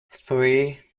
three